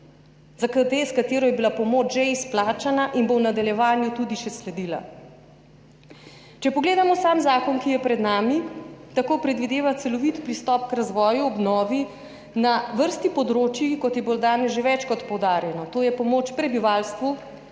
s katero je bila pomoč že izplačana in bo v nadaljevanju še sledila. Če pogledamo sam zakon, ki je pred nami, tako predvideva celovit pristop k razvoju, obnovi na vrsto področij, kot je bilo danes že večkrat poudarjeno, to je pomoč prebivalstvu,